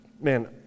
man